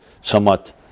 somewhat